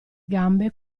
gambe